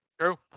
True